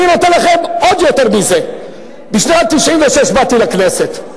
אני נותן לכם עוד יותר מזה, בשנת 1996 באתי לכנסת.